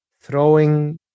throwing